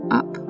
up